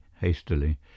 hastily